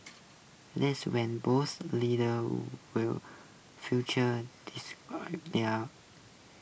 these when both leaders will future there are